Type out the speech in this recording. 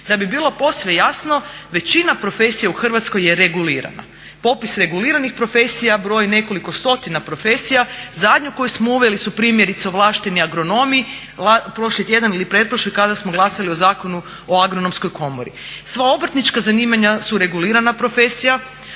Da bi bilo posve jasno, većina profesije u Hrvatskoj je regulirano. Popis reguliranih profesija broji nekoliko stotina profesija. Zadnju koju smo uveli su primjerice ovlašteni agronomi, prošli tjedan ili pretprošli kada smo glasali o Zakonu o agronomskoj komori. Sva obrtnička zanimanja su regulirana profesija,